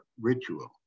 ritual